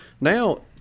now